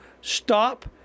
Stop